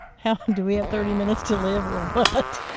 how? do we have thirty minutes to live or? ah but